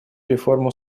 реформу